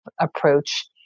approach